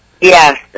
Yes